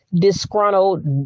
Disgruntled